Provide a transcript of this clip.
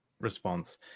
response